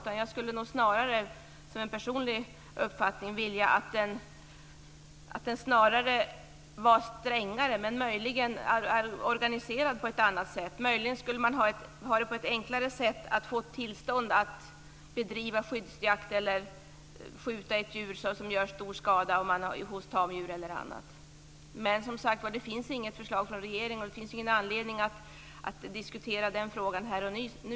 Jag skulle snarare, som en personlig uppfattning, vilja att den var strängare, men möjligen organiserad på ett annat sätt. Möjligen skulle man på ett enklare sätt få tillstånd att bedriva skyddsjakt eller skjuta ett djur som gör stor skada på tamdjur eller annat. Men det finns som sagt var inget förslag från regeringen, och det finns som jag ser det ingen anledning att diskutera den frågan här och nu.